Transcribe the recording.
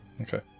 Okay